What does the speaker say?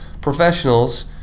professionals